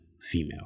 female